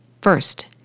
First